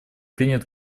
принят